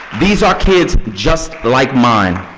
these are kids just like mine,